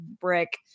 brick